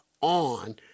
on